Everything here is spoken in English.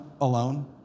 alone